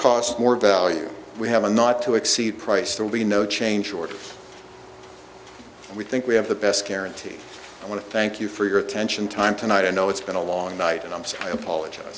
cost more value we have a not to exceed price there will be no change or we think we have the best guarantee i want to thank you for your attention time tonight i know it's been a long night and i'm so apologize